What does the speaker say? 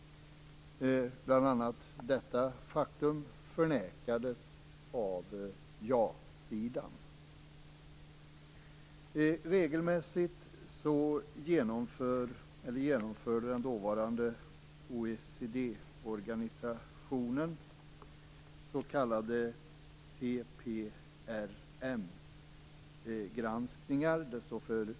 Bl.a. detta faktum förnekades av ja-sidan. Den dåvarande OECD-organisationen genomförde regelmässigt s.k. TPRM-granskningar av olika länder.